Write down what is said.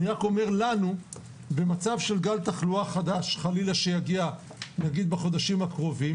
אני רוצה להדגיש שאלה לא הוראות שנוגעות רק למורים,